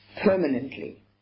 Permanently